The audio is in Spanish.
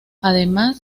además